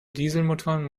dieselmotoren